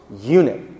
unit